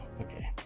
Okay